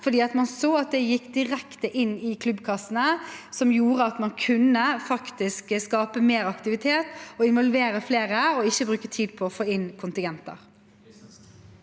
for man så at det gikk direkte inn i klubbkassene, noe som gjorde at man faktisk kunne skape mer aktivitet og involvere flere, og ikke bruke tid på å få inn kontingenter.